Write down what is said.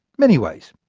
many ways.